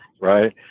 right